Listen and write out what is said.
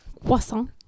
Croissant